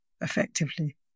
effectively